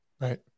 Right